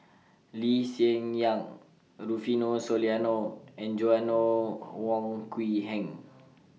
Lee Hsien Yang Rufino Soliano and Joanna Wong Quee Heng